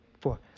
four